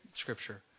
Scripture